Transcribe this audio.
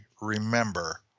remember